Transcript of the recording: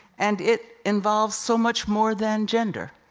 and it involves so much more than gender.